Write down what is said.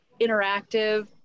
interactive